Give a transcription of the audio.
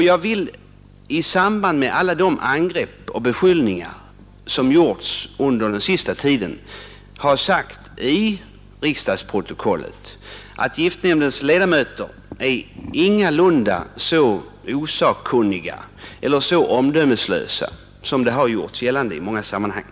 Jag vill i anledning av alla de angrepp och beskyllningar som gjorts den senaste tiden få antecknat i riksdagens protokoll att giftnämndens ledamöter ingalunda är så osakkunniga eller så omdömeslösa som det har gjorts gällande i många sammanhang.